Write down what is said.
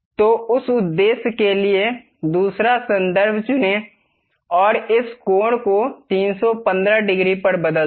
तो उस उद्देश्य के लिए दूसरा संदर्भ चुनें और इस कोण को 315 डिग्री पर बदल दें